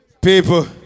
people